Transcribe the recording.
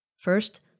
First